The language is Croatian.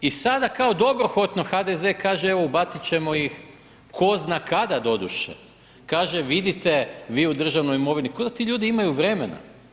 I sada kao dobrohodno HDZ kaže evo ubacit ćemo ih, tko zna kada doduše, kaže vidite vi u državnoj imovini, ko da ti ljudi imaju vremena.